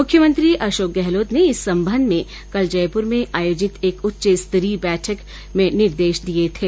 मुख्यमंत्री अशोक गहलोत ने इस संबंध में कल जयपुर में आयोजित एक उच्चस्तरीय बैठक निर्देश दिए थे